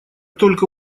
только